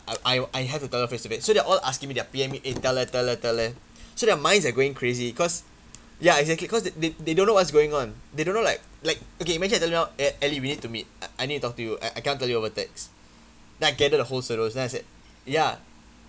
I I have to tell you all face to face so they're all asking me they're P_M me eh tell leh tell leh tell leh so their minds are going crazy cause ya exactly cause they they don't know what's going on they don't know like like okay imagine I tell you now allie we need to meet I I need talk to you I I cannot tell you over text then I gathered the whole of us then I said ya